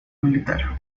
militar